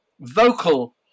vocal